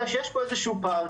אלא שיש פה איזה שהוא פער,